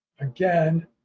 Again